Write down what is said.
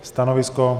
Stanovisko?